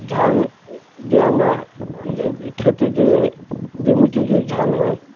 ধান যে আমরা ক্ষেতে যে জমিতে যে ধান হয়